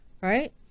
right